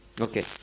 Okay